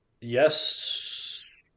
yes